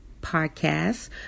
podcast